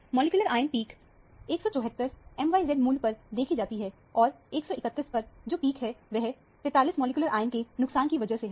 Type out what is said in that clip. molecular ion peak 174 mz मूल्य पर देखी जाती है और 131 पर जो पिक है वह 43 मॉलिक्यूलर आयन के नुकसान की वजह से है